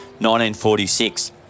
1946